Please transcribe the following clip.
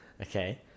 Okay